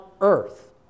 earth